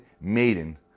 Maiden